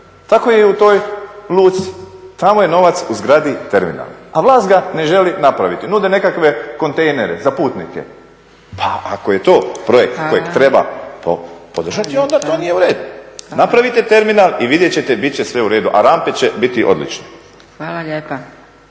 Tako je i u toj luci, tamo je novac u zgradi terminala a vlast ga ne želi napraviti, nude nekakve kontejnere za putnike. Pa ako je to projekt kojeg treba podržati onda to nije u redu. …/Upadica Zgrebec: Hvala./… Napravite terminal i vidjeti ćete biti će sve u redu a rampe će biti odlične. **Zgrebec,